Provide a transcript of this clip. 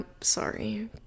sorry